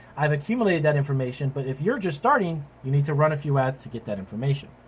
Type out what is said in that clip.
i've accumulated that information but if you're just starting you need to run a few ads to get that information.